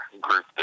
group